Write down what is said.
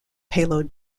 payload